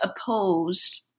opposed